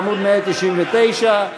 בעמוד 199,